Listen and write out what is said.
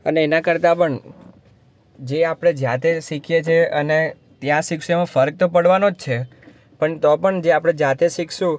અને એના કરતાં પણ જે આપણે જાતે શીખીએ છે અને ત્યાં શિખશું એમાં ફરક ફર્ક તો પડવાનો જ છે પણ તો પણ જે આપણે જાતે શિખશું